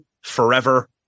forever